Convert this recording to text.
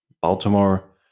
Baltimore